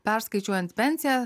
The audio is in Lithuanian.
perskaičiuojant pensiją